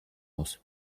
muss